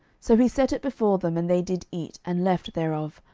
so he set it before them, and they did eat, and left thereof,